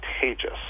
contagious